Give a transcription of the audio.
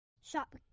Shop